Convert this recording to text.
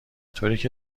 طوریکه